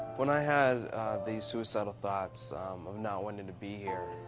when i had these suicidal thoughts of not wanting to be here,